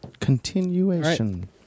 Continuation